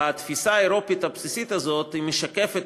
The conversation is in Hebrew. התפיסה האירופית הבסיסית הזאת משקפת